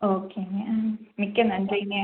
ஓகேங்க ம் மிக்க நன்றிங்க